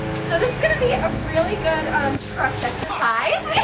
so this is gonna be a really good um trust exercise.